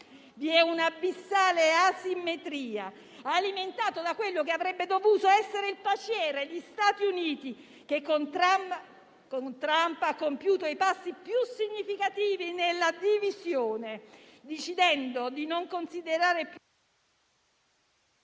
Vi è un'abissale asimmetria alimentata da quello che avrebbe dovuto essere il paciere, gli Stati Uniti, che con Trump ha compiuto i passi più significativi nella divisione, decidendo di non considerare le